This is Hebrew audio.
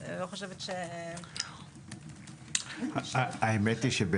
אני לא חושבת ש --- האמת היא שהיתה